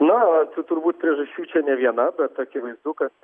na čia turbūt priežasčių čia ne viena bet akivaizdu kad